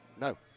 No